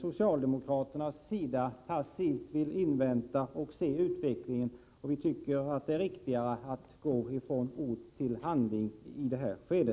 Socialdemokraterna däremot vill passivt avvakta och se hur utvecklingen blir. Vi tycker att det är riktigare att gå från ord till handling i detta skede.